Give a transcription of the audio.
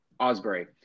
Osbury